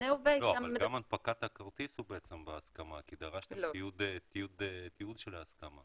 אבל גם הנפקת הכרטיס היא בהסכמה כי דרשתם תיעוד של ההסכמה.